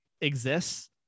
exists